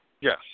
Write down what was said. Yes